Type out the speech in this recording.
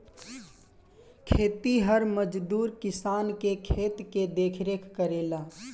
खेतिहर मजदूर किसान के खेत के देखरेख करेला